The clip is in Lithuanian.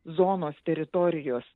zonos teritorijos